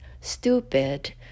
stupid